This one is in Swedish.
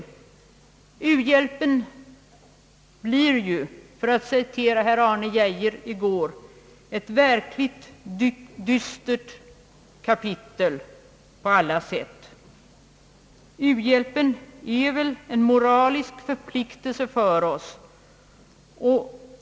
U-hjälpen blir — för att upprepa vad herr Arne Geijer i går framhöll — på alla sätt ett verkligt dystert kapitel. U-hjälpen är en moralisk förpliktelse för oss.